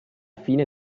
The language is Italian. fine